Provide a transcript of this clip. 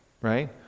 Right